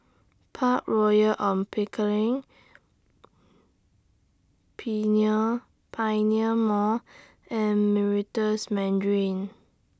Park Royal on Pickering Pioneer Mall and Meritus Mandarin